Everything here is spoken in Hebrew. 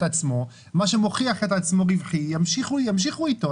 עצמו מה שמוכיח את עצמו ימשיכו אתו,